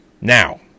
now